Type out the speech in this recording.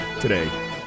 today